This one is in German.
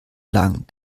lang